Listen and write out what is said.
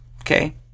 okay